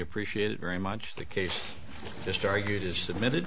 appreciate it very much the case just argued is submitted